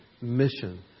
mission